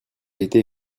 été